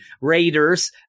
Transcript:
Raiders